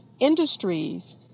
industries